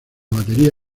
batería